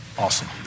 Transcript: awesome